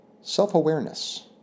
self-awareness